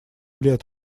лет